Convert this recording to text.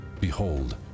Behold